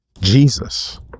Jesus